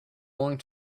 going